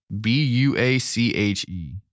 B-U-A-C-H-E